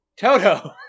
Toto